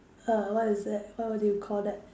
a what is that what would you call that